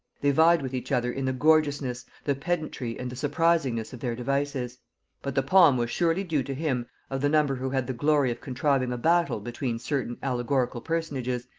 they vied with each other in the gorgeousness, the pedantry and the surprisingness of their devices but the palm was surely due to him of the number who had the glory of contriving a battle between certain allegorical personages,